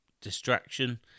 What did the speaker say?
distraction